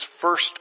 first